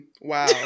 Wow